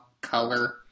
color